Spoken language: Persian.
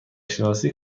شناسی